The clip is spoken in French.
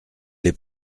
les